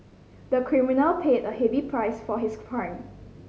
the criminal paid a heavy price for his crime